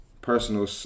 personal